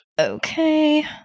Okay